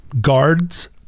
guards